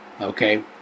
Okay